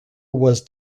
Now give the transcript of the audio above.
was